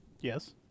Yes